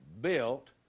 built